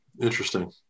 Interesting